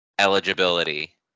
eligibility